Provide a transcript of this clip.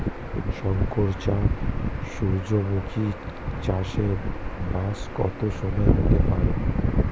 শংকর জাত সূর্যমুখী চাসে ব্যাস কত সময় হতে পারে?